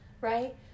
right